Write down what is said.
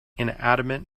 inanimate